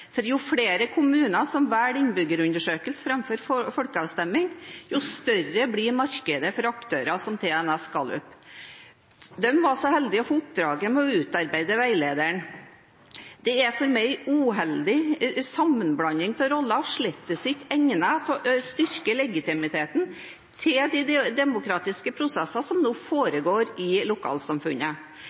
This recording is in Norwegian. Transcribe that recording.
Jo flere kommuner som velger innbyggerundersøkelse framfor folkeavstemning, jo større blir markedet for aktører som TNS Gallup. De var så heldige å få oppdraget med å utarbeide veilederen. Det er for meg en uheldig sammenblanding av roller og slett ikke egnet til å styrke legitimiteten til de demokratiske prosessene som nå foregår i